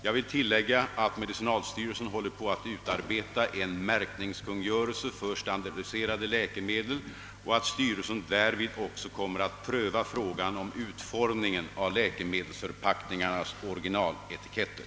Jag vill tillägga, att medicinalstyrelsen håller på att utarbeta en märkningskungörelse för standardiserade läkemedel och att styrelsen därvid också kommer att pröva frågan om utformningen av läkemedelsförpackningarnas originaletiketter.